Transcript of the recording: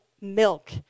milk